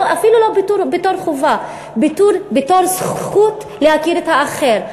אפילו לא בתור חובה, בתור זכות, להכיר את האחר.